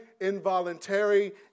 involuntary